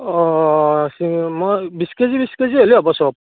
অ মই বিশ কেজি বিশ কেজি হ'লেই হ'ব সব